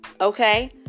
okay